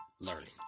learning